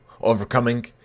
overcoming